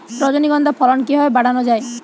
রজনীগন্ধা ফলন কিভাবে বাড়ানো যায়?